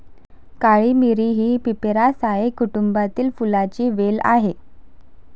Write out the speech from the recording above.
काळी मिरी ही पिपेरासाए कुटुंबातील फुलांची वेल आहे